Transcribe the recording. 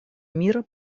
мира